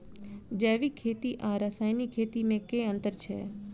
जैविक खेती आ रासायनिक खेती मे केँ अंतर छै?